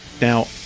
Now